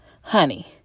honey